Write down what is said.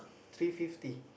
three fifty